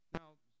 Now